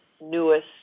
newest